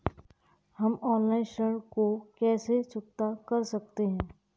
हम ऑनलाइन ऋण को कैसे चुकता कर सकते हैं?